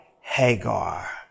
Hagar